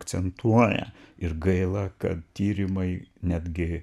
akcentuoja ir gaila kad tyrimai netgi